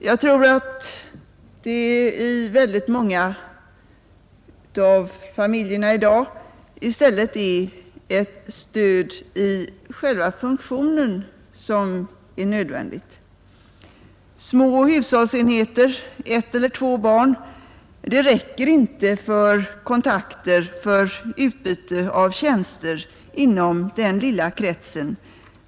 Jag tror att det i väldigt många av familjerna i dag i stället är ett stöd i själva funktionen som är nödvändigt. Den lilla krets som hushållsenheter med ett eller två barn utgör räcker inte för kontakter och för ett utbyte av tjänster.